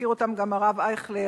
והזכיר אותם גם הרב אייכלר,